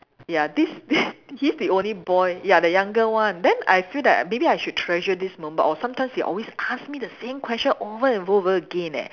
ya this this he's the only boy ya the younger one then I feel that maybe I should treasure this moment or sometimes they always ask me the same question over and over again eh